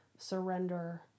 surrender